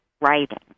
writing